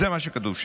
תודה.